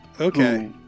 Okay